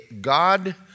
God